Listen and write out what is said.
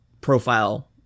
profile